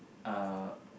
uh